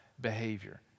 behavior